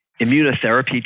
immunotherapy